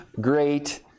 great